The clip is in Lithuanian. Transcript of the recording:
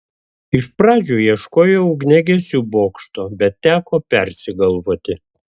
iš pradžių ieškojau ugniagesių bokšto bet teko persigalvoti